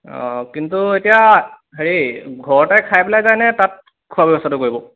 অঁ কিন্তু এতিয়া হেৰি ঘৰতে খাই পেলাই যায় নে তাত খোৱা ব্যৱস্থাটো কৰিব